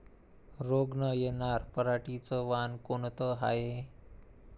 रोग न येनार पराटीचं वान कोनतं हाये?